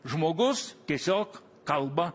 žmogus tiesiog kalba